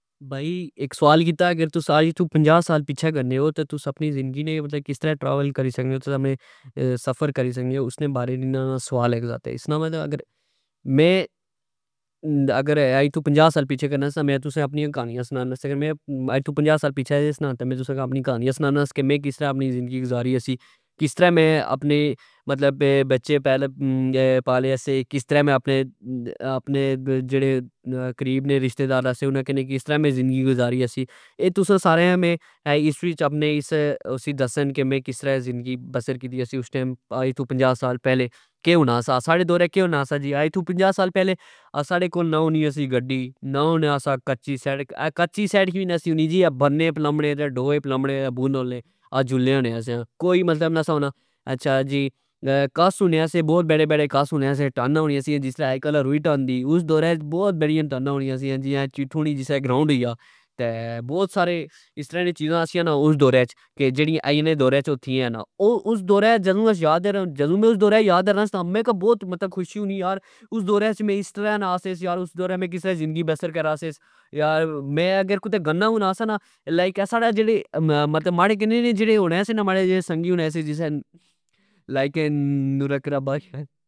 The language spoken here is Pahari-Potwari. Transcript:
بئی اک سال کیتا کہ ,اگر تسا اج تو پنجا سال پچھہ گنے او تہ تس اپنی ذندگی نے کسطرع ٹریول کری سکنے .او تساں میں سفر کری سکنے او اسنے بارے نی نا سوال اک سا تہ اسنا مطلب میں اگر پنجا سال گنا سا نا میں تسا کی اپنی کہنانیا سناناس کہ میں کسرع آپنی ذندگی گزاری ہوسی. کسرہ میں آپنے بچے پالے سے کسرہ میں آپنے جیڑے قریب نے رشتئدار سے انا کی کسرہ ذندگی گزاری ہوسی .اے تساں ساریا میں اس وچدسا کہ میں کس طرع ذندگی بسر کیتی ہوسی اس ٹئم اج تو پنجا سال پہلے کہ ہونا سا ساڑے دور اہہ کہ ہونا سا اج تو پنجا سال پہلے ساڑے کول نا ہونی سی گڈی نا ہونا سا کچی سڑک کچی سڑک وی نی سی ہونی جی بنے پلمبنے ڈوئے پلمبنے بن ہون لے آس جلنے ہونے سیاں کوئی مطلب نی سا ہونا کس ہونے سے بوت بڑے بڑے ٹن ہونی سی. جس طرع روئی ٹن دی اس دورہچ بوت بڑیاں ٹناں یونیا سیاجیا چٹھو نی جیا گراؤنڈ ہوئی گیا ,تہ بوت سارے اس طرع نیا چیزاں سیا اس دورہچکہ جیڑیا اج نے دورہچتھینا نا اس دورہچ جدو میں اس دورہ کی یاد کرنامیں کہ بوت خوشی ہونی اس دورہچ میں اس ترہ نا سے اس دورہ میں کس طرع ذندگی بسر کرا سیس .میں اگر کتہ گنا ہونا سا نا لائک ساڑا جیڑے مارے جیڑے سنگی ہونے سے لائک نور اکرابش